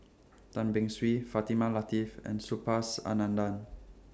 Tan Beng Swee Fatimah Lateef and Subhas Anandan